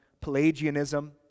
Pelagianism